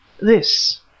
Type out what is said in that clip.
This